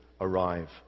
arrive